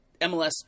MLS